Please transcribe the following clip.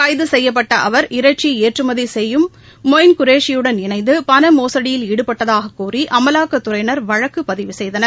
கைது செய்யப்பட்ட அவர் இறைச்சி ஏற்றுமதி செய்யும் மொஹின் குரேஷியுடன் இணைந்து பண மோசடியில் ஈடுபட்டதாகக் கூறி அமலாக்கத் துறையினர் வழக்கு பதிவு செய்திருந்தனர்